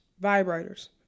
vibrators